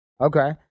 Okay